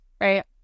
right